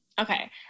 okay